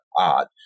odd